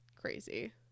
crazy